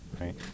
right